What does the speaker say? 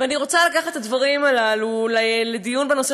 אני רוצה לקחת את הדברים הללו בדיון בנושא